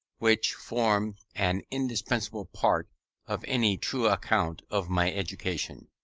which form an indispensable part of any true account of my education.